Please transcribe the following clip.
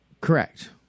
Correct